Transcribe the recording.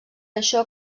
això